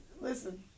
Listen